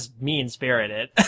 mean-spirited